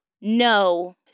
No